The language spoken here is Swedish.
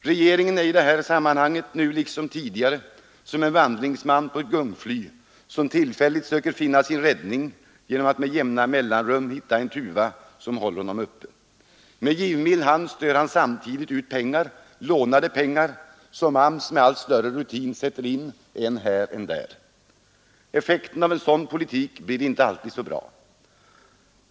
Regeringen är i detta sammanhang — nu liksom tidigare — som en vandringsman på ett gungfly, som tillfälligt söker finna sin räddning genom att med jämna mellanrum hitta en tuva, som håller honom uppe. Med givmild hand strör han samtidigt ut pengar — lånade pengar — som AMS med allt större rutin sätter in än här, än där. Effekten av en sådan politik blir inte alltid så bra.